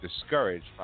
discouraged